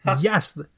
Yes